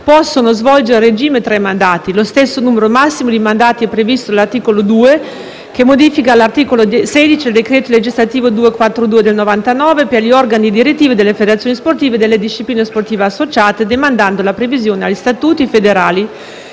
possano svolgere a regime tre mandati. Lo stesso numero massimo di mandati è previsto all'articolo 2, che modifica l'articolo 16 del decreto legislativo n. 242 del 1999 per gli organi direttivi delle federazioni sportive e delle discipline sportive associate, demandando la previsione agli statuti federali